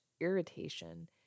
irritation